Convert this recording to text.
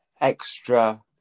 extra